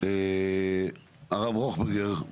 הרבה ראוכברגר,